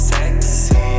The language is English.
Sexy